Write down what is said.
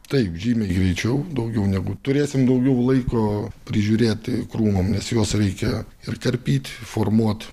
taip žymiai greičiau daugiau negu turėsim daugiau laiko prižiūrėti krūmam nes juos reikia ir karpyt formuot